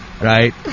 Right